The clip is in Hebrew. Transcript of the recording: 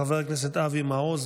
חבר הכנסת אבי מעוז,